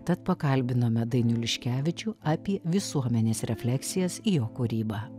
tad pakalbinome dainių liškevičių apie visuomenės refleksijas jo kūrybą